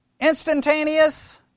Instantaneous